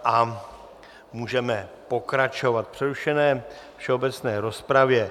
A můžeme pokračovat v přerušené všeobecné rozpravě.